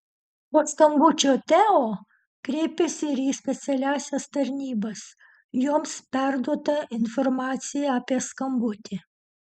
po skambučio teo kreipėsi ir į specialiąsias tarnybas joms perduota informacija apie skambutį